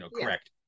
correct